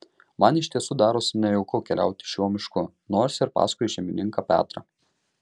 man iš tiesų darosi nejauku keliauti šiuo mišku nors ir paskui šeimininką petrą